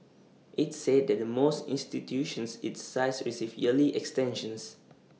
IT said that the most institutions its size receive yearly extensions